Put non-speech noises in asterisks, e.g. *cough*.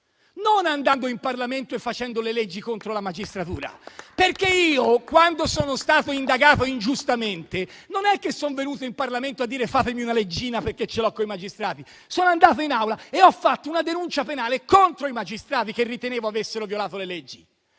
non andando in Parlamento e facendo le leggi contro di essa. *applause* Io, quando sono stato indagato ingiustamente, non è che sono venuto in Parlamento a dire fatemi una leggina perché ce l'ho con i magistrati, sono andato in aula e ho presentato una denuncia penale contro i magistrati che ritenevo avessero violato le leggi.